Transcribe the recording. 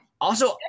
Also-